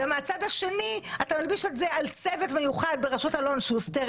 ומהצד השני אתה מלביש את זה על צוות מיוחד בראשות אלון שוסטר.